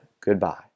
goodbye